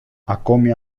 ακόμη